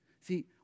See